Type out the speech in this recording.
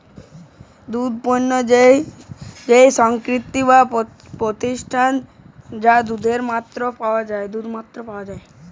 দুধ পণ্য যে সংস্থায় বা প্রতিষ্ঠালে যেই দুধের মাত্রা পাওয়া যাই